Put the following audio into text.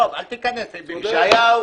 תודה.